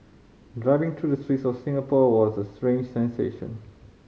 driving through the streets of Singapore was a strange sensation